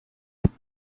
stuff